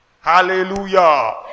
Hallelujah